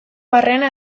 barrena